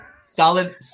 Solid